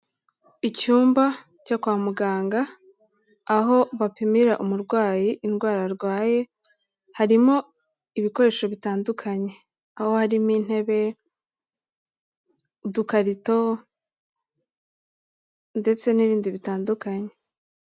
Icyumba cyo kwa muganga, aho bapimira umurwayi indwara arwaye, harimo ibikoresho bitandukanye, aho harimo intebe, udukarito ndetse n'ibindi bitandukanye.